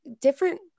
different